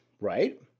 right